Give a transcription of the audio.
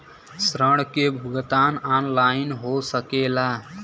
ऋण के भुगतान ऑनलाइन हो सकेला?